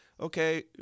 okay